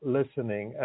listening